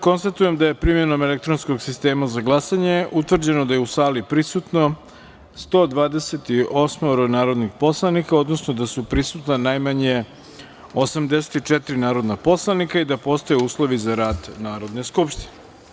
Konstatujem da je, primenom elektronskog sistema za glasanje, utvrđeno da je u sali prisutno 128 narodnih poslanika, odnosno da su prisutna najmanje 84 narodna poslanika i da postoje uslovi za rad Narodne skupštine.